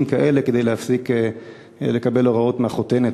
כאלה כדי להפסיק לקבל הוראות מהחותנת,